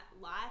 life